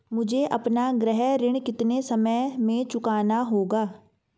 मुझे अपना गृह ऋण कितने समय में चुकाना होगा?